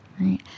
Right